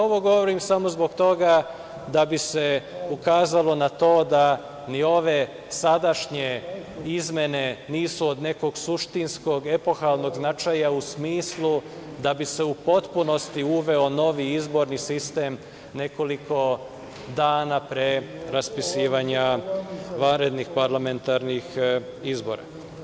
Ovo govorim samo zbog toga da bi se ukazalo na to, da ni ove sadašnje izmene nisu od nekog suštinskog, epohalnog značaja u smislu da bi se u potpunosti uveo novi izborni sistem, nekoliko dana pre raspisivanja vanrednih parlamentarnih izbora.